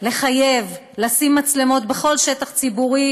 לחייב לשים מצלמות בכל שטח ציבורי